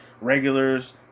Regulars